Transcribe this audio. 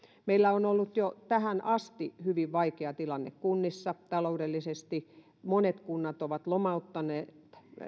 meillä on ollut jo tähän asti hyvin vaikea tilanne kunnissa taloudellisesti monet kunnat ovat lomauttaneet